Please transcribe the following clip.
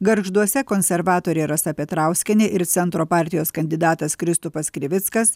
gargžduose konservatorė rasa petrauskienė ir centro partijos kandidatas kristupas krivickas